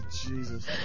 Jesus